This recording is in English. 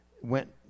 went